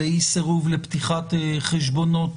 לאי סירוב לפתיחת חשבונות